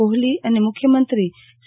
કોહલી અને મુખ્યમંત્રી સી